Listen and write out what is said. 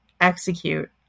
execute